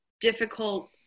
difficult